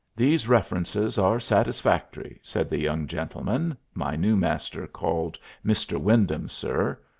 these references are satisfactory, said the young gentleman my new master called mr. wyndham, sir.